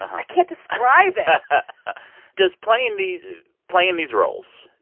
i can't describe it does playing these playing these roles,